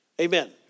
Amen